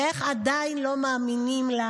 ואיך עדיין לא מאמינים לה.